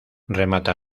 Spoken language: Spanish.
remata